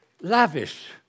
lavish